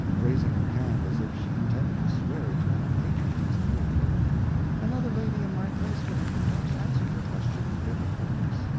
raising her hand as if she intended to swear eternal hatred against the whole world another lady in my place would have perhaps answered your question in bitter coldness.